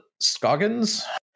Scoggins